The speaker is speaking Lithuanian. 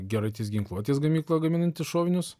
geraitis ginkluotės gamykla gaminanti šovinius